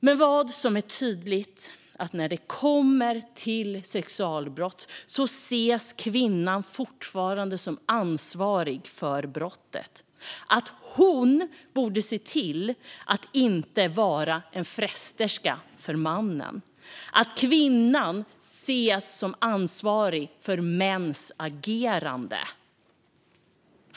När det gäller sexualbrott är det tydligt att kvinnan fortfarande ses som ansvarig för brottet, att det anses att hon borde se till att inte vara en fresterska för mannen och att hon ses som ansvarig för mäns agerande.